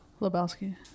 Lebowski